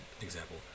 example